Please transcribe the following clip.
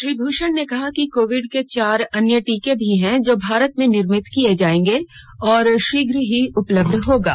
श्री भूषण ने कहा है कि कोविड के चार अन्य टीके भी हैं जो भारत में निर्मित किए जाएंगे और शीघ्र ही उपलब्ध होंगे